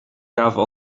gaven